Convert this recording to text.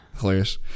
hilarious